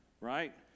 right